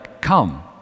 come